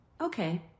Okay